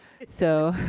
so,